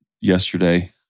yesterday